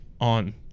on